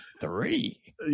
three